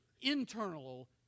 internal